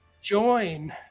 join